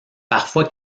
parfois